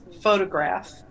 photograph